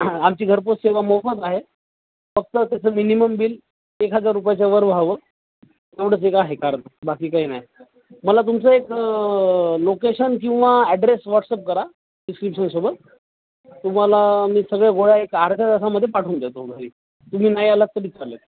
आमची घरपोच सेवा मोफत आहे फक्त त्याचं मिनिमम बिल एक हजार रुपयाच्या वर व्हावं तेवढंच एक का आहे कारण बाकी काही नाही मला तुमचं एक लोकेशन किंवा ॲड्रेस व्हॉट्सअप करा प्रिस्क्रिप्शनसोबत तुम्हाला मी सगळ्या गोळ्या एक आर्ध्या तासामध्ये पाठवून देतो घरी तुम्ही नाही आलात तर चालेत